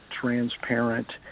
transparent